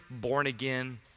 born-again